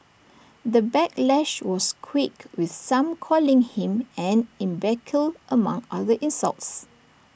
the backlash was quick with some calling him an imbecile among other insults